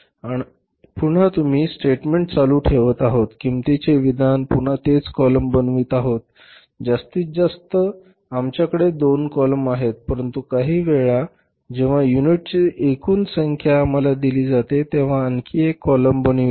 आणि पुन्हा आम्ही स्टेटमेंट चालू ठेवत आहोत किंमतीचे विधान पुन्हा तेच कॉलम बनवित आहोत जास्तीत जास्त आमच्याकडे दोन कॉलम आहेत परंतु काही वेळा जेव्हा युनिटची एकूण संख्या आम्हाला दिली जाते तेव्हा आम्ही आणखी एक कॉलम बनवितो